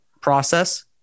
process